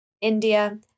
India